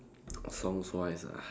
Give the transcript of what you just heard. songs wise ah